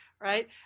right